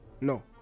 no